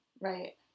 Right